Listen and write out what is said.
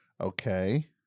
Okay